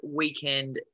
weekend